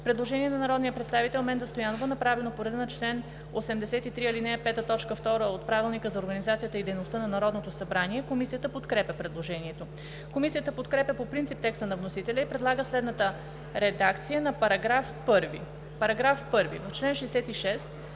Предложение на народния представител Менда Стоянова, направено по реда на чл. 83, ал. 5, т. 2 от Правилника за организацията и дейността на Народното събрание. Комисията подкрепя предложението. Комисията подкрепя по принцип текста на вносителя и предлага следната редакция на § 1: „§ 1. В чл. 66